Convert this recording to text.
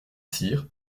cyr